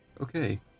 Okay